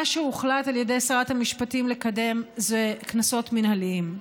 מה שהוחלט על ידי שרת המשפטים לקדם זה קנסות מינהליים.